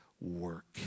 work